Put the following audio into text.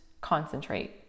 concentrate